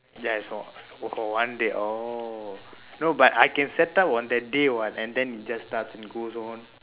ya is all oh for one day oh no but I can set up on that day [what] and then it just starts and goes on